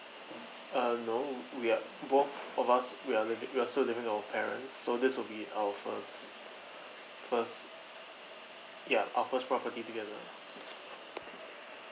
uh no we are both of us we are we are still living with our parents so this will be our first first yeah our first property together